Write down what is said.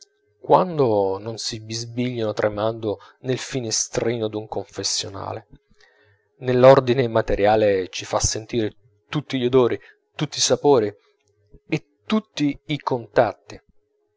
quando non si bisbiglino tremando nel finestrino d'un confessionale nell'ordine materiale ci fa sentire tutti gli odori tutti i sapori e tutti i contatti